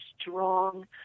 strong